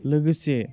लोगोसे